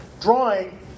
drawing